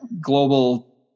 global